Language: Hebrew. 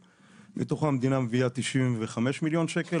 מתוכם המדינה מביאה 95,000,000 שקל,